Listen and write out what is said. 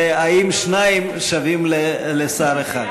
והאם שניים שווים לשר אחד.